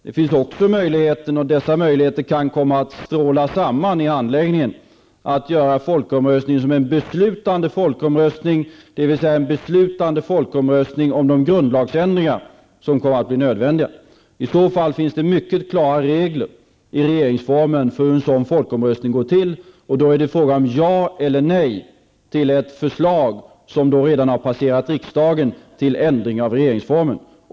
Det finns olika möjligheter, och de kan komma att stråla samman i handläggningen. En möjlighet att göra folkomröstningen beslutande. Folkomröstningen avser då de grundlagsändringar som blir nödvändiga. I så fall finns mycket klara regler i regeringsformen för hur en sådan folkomröstning skall gå till. Då är det fråga om ja eller nej till ett förslag, som redan passerat riksdagen, till ändring av regeringsformen.